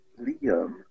Liam